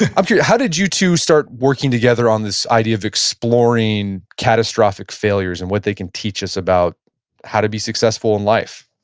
i'm curious. how did you two start working together on this idea of exploring catastrophic failures and what they can teach us about how to be successful in life?